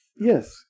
Yes